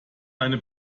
eine